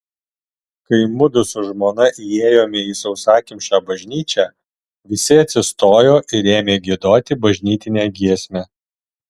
kai mudu su žmona įėjome į sausakimšą bažnyčią visi atsistojo ir ėmė giedoti bažnytinę giesmę